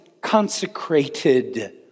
consecrated